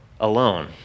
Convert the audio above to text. alone